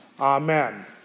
Amen